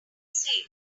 say